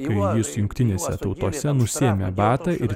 vajus jungtinėse tautose nusiėmė batą ir